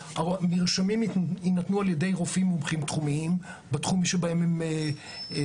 מרשמים יינתנו על ידי רופאים מומחים בתחום שבו הם מומחים,